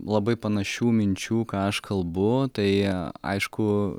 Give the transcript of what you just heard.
labai panašių minčių ką aš kalbu tai aišku